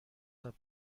ثبت